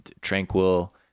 tranquil